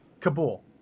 Kabul